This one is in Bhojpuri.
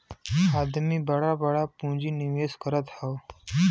आदमी बड़ा बड़ा पुँजी निवेस करत हौ